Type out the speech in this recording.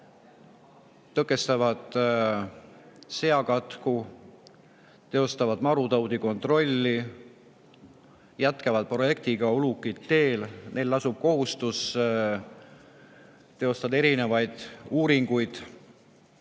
tõkestavad seakatku, teostavad marutaudikontrolli, jätkavad projekti "Ulukid teel", neil lasub kohustus teostada erinevaid uuringuid